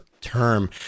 term